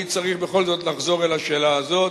אני צריך בכל זאת לשאלה הזאת,